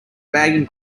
bagging